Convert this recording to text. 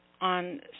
on